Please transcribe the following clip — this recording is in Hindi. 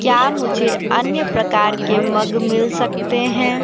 क्या मुझे अन्य प्रकार के मग मिल सकते हैं